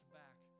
back